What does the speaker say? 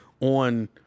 on